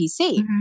PC